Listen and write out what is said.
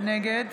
נגד